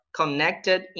connected